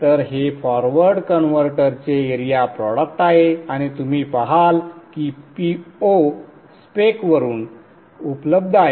तर हे फॉरवर्ड कन्व्हर्टरचे एरिया प्रॉडक्ट आहे आणि तुम्ही पाहाल की Po स्पेकवरून उपलब्ध आहे